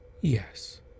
Yes